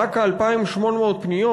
רק כ-2,800 פניות,